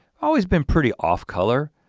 always been pretty off color.